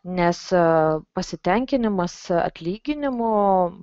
nes pasitenkinimas atlyginimu